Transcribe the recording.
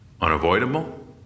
unavoidable